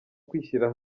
kwishyira